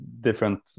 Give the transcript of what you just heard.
different